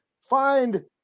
find